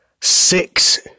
six